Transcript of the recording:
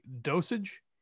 dosage